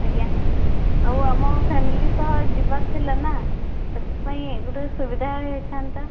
ଆଜ୍ଞା ଆଉ ଆମ ଫ୍ୟାମିଲି ସହ ଯିବାର ଥିଲାନା ସେଥିପାଇଁ ଗୋଟେ ସୁବିଧା ହୋଇଥାନ୍ତା